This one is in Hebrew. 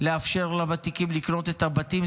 לאפשר לוותיקים לקנות את הבתים,